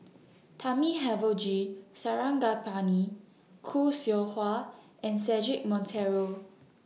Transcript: Thamizhavel G Sarangapani Khoo Seow Hwa and Cedric Monteiro